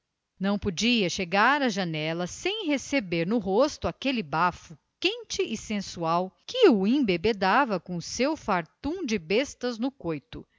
não podia chegar à janela sem receber no rosto aquele bafo quente e sensual que o embebedava com o seu fartum de bestas no coito